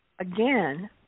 again